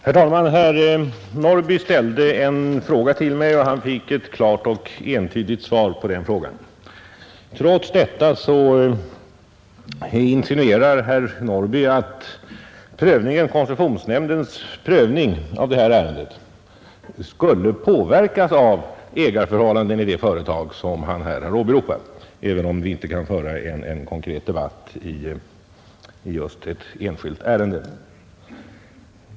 Herr talman! Herr Norrby i Åkersberga ställde en fråga till mig och han fick ett klart och entydigt svar på den frågan. Trots detta insinuerar herr Norrby att koncessionsnämndens prövning av ett ärende skulle påverkas av ägareförhållanden i det företag som han åberopar, även om vi inte kan föra en konkret debatt beträffande ett enskilt ärende.